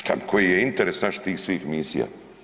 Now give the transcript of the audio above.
Onda koji je interes naš tih svih misija?